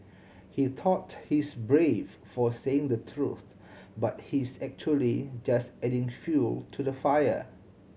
he thought he's brave for saying the truth but he's actually just adding fuel to the fire